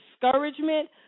discouragement